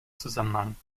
zusammenhang